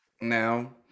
now